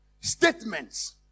statements